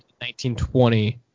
1920